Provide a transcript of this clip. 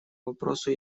вопросу